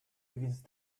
against